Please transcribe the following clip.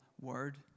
word